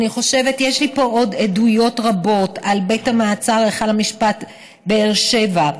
יש לי פה עוד עדויות רבות על בית המעצר היכל המשפט בבאר שבע,